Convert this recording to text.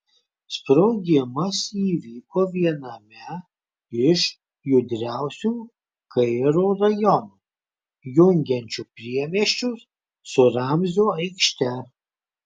sprogimas įvyko viename iš judriausių kairo rajonų jungiančių priemiesčius su ramzio aikšte